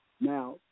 Now